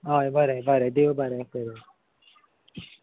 हय बरें बरें देव बरें करूं